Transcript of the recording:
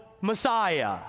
Messiah